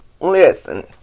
Listen